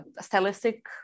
stylistic